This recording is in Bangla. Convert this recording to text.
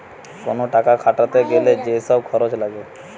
কোন টাকা খাটাতে গ্যালে যে সব খরচ লাগে